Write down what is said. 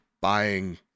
buying